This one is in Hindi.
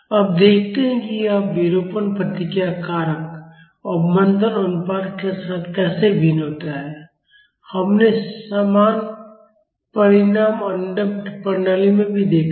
अब देखते हैं कि यह विरूपण प्रतिक्रिया कारक अवमंदन अनुपात के साथ कैसे भिन्न होता है हमने समान परिणाम अनडम्प्ड प्रणालियों में भी देखा है